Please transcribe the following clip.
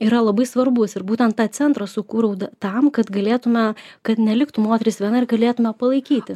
yra labai svarbus ir būtent tą centrą sukūriau tam kad galėtume kad neliktų moteris viena ir galėtume palaikyti